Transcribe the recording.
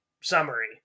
summary